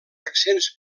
accents